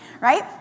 right